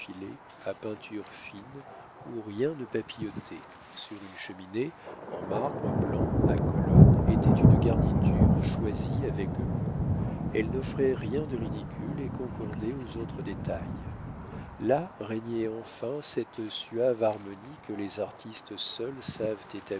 à peintures fines où rien ne papillotait sur une cheminée en marbre blanc à colonnes était une garniture choisie avec goût elle n'offrait rien de ridicule et concordait aux autres détails là régnait enfin cette suave harmonie que les artistes seuls savent